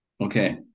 Okay